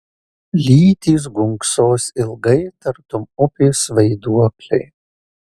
lytys gunksos ilgai tartum upės vaiduokliai